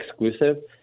exclusive